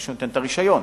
מי שנותן את הרשיון.